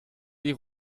den